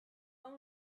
are